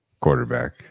quarterback